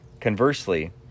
conversely